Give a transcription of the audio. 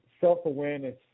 self-awareness